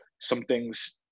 something's